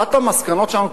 אחת המסקנות שלנו,